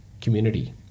community